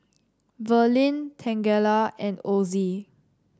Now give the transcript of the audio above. Verlin Tangela and Osie